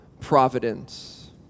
providence